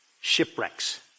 shipwrecks